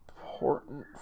important